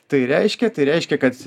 tai reiškia tai reiškia kad